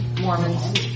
Mormons